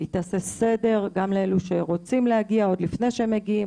היא תעשה סדר גם לאלה שרוצים להגיע עוד לפני שהם מגיעים,